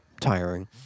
tiring